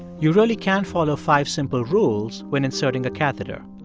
you really can follow five simple rules when inserting a catheter.